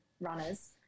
runners